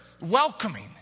welcoming